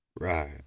Right